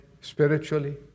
spiritually